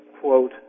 quote